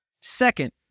Second